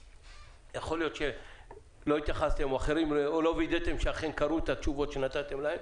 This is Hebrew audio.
יכול להיות שלא וידאתם שאכן קראו את התשובות שנתתם להם,